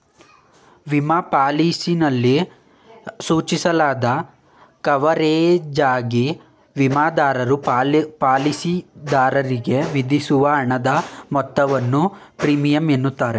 ವಿಮಾ ಪಾಲಿಸಿಯಲ್ಲಿ ಸೂಚಿಸಲಾದ ಕವರೇಜ್ಗಾಗಿ ವಿಮಾದಾರರು ಪಾಲಿಸಿದಾರರಿಗೆ ವಿಧಿಸುವ ಹಣದ ಮೊತ್ತವನ್ನು ಪ್ರೀಮಿಯಂ ಎನ್ನುತ್ತಾರೆ